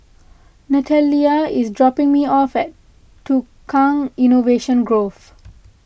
Natalya is dropping me off at Tukang Innovation Grove